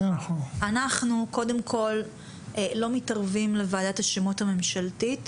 אנחנו קודם כל לא מתערבים לוועדת השמות הממשלתית